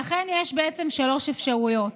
לכן יש שלוש אפשרויות: